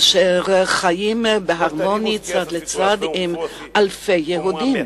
אשר חיים בהרמוניה, אלה לצד אלה, עם אלפי יהודים.